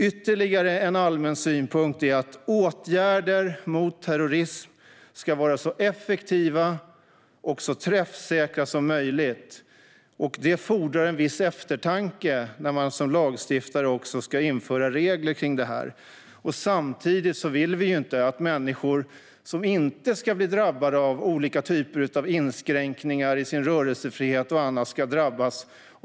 Ytterligare en allmän synpunkt är att åtgärder mot terrorism ska vara så effektiva och så träffsäkra som möjligt. Det fordrar en viss eftertanke när man som lagstiftare ska införa regler om detta, eftersom vi samtidigt inte vill att vanliga hederliga medborgare ska bli drabbade av olika typer av inskränkningar i sin rörelsefrihet och annat.